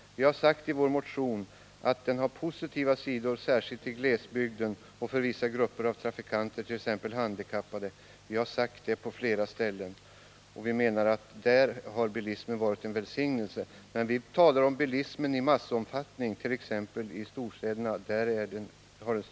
Vi har i vår motion på flera ställen sagt att bilismen också har positiva sidor, särskilt i glesbygden och för vissa grupper av trafikanter, t.ex. handikappade. Vi menar att bilismen i sådana sammanhang har varit till välsignelse. Men vi har också pekat på de stora avigsidor som bilismen har när den uppträder i massomfattning, t.ex. i storstäderna.